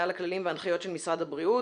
על הכללים ועל הנחיות של משרד הבריאות,